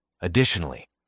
Additionally